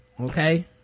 Okay